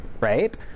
right